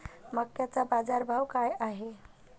मक्याचा बाजारभाव काय हाय?